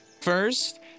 first